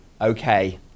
okay